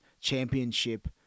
championship